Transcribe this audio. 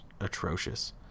atrocious